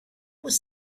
was